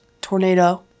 tornado